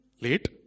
late